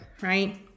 Right